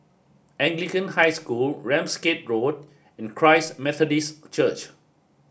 Anglican High School Ramsgate Road and Christ Methodist Church